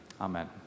Amen